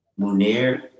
Munir